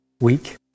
week